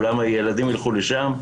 אולי הילדים יילכו לשם,